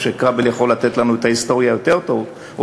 אני חושב שכבל יכול לתת לנו את ההיסטוריה טוב יותר.